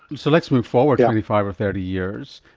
so let's move forward twenty five or thirty years.